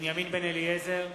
בנימין בן-אליעזר,